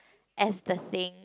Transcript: as the thing